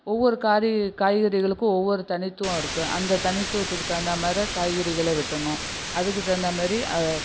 ஒவ்வொரு காரி காய்கறிகளுக்கும் ஒவ்வொரு தனித்துவம் இருக்கு அந்த தனித்துவத்துக்கு தகுந்தாமாதிரி காய்கறிகளை வெட்டணும் அதுக்கு தகுந்தாமாதிரி